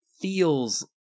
feels